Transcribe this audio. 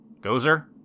Gozer